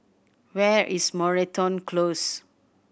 where is Moreton Close